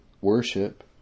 worship